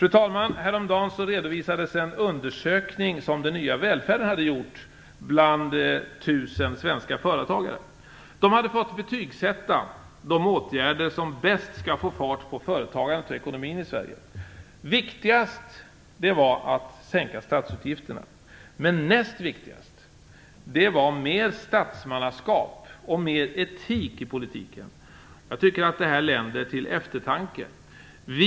Fru talman! Häromdagen redovisades en undersökning som "Den nya välfärden" hade gjort bland 1 000 svenska företagare. Viktigast var att sänka statsutgifterna. Näst viktigast var mera statsmannaskap och mer etik i politiken. Jag tycker att det här länder till eftertanke.